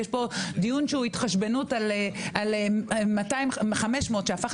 יש פה דיון שהוא התחשבנות על 500 שהפכו